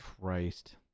Christ